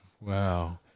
Wow